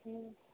हुँ